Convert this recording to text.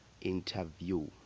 interview